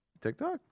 TikTok